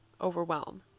Overwhelm